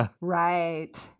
Right